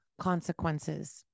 consequences